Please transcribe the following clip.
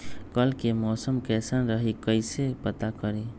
कल के मौसम कैसन रही कई से पता करी?